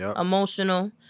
emotional